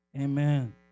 amen